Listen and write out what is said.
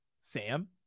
Sam